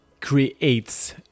creates